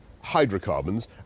hydrocarbons